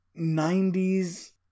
90s